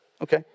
okay